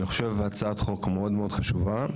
אני חושב שזאת הצעת חוק מאוד מאוד חשובה.